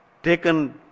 taken